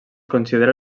considera